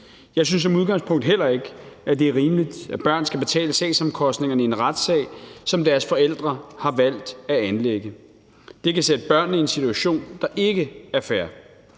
Jeg synes som udgangspunkt heller ikke, det er rimeligt, at børn skal betale sagsomkostningerne i en retssag, som deres forældre har valgt at anlægge. Det kan sætte børnene i en situation, der ikke er fair.